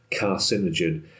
carcinogen